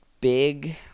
big